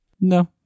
No